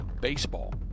baseball